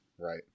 Right